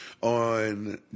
on